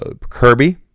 kirby